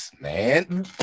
man